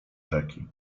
rzeki